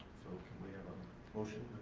so can we have a motion